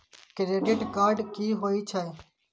Credit card की होई छै?